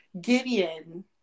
Gideon